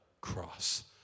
cross